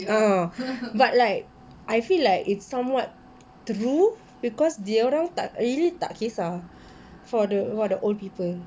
a'ah but like I feel like it's somewhat true because dorang really tak kesah for the for the old people